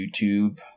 YouTube